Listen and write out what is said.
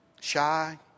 shy